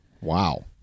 Wow